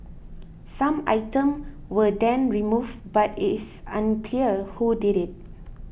some items were then removed but it is unclear who did it